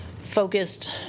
focused